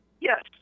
Yes